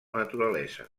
naturalesa